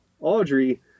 Audrey